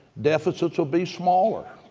deficits will be smaller.